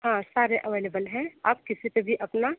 हाँ सारे अवेलेबल है आप किसी पर भी अपना